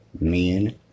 men